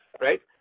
right